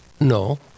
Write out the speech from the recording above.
No